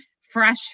fresh